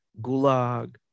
gulag